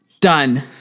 Done